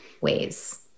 ways